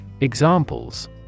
Examples